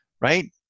Right